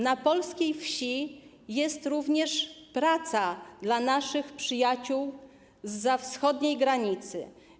Na polskiej wsi jest również praca dla naszych przyjaciół zza wschodniej granicy.